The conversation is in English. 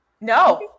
No